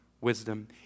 wisdom